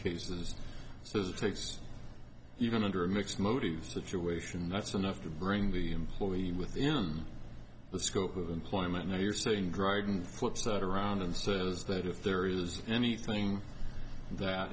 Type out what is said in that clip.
takes even under mixed motives situation and that's enough to bring the employee in within the scope of employment now you're saying dryden flip side around and says that if there is anything that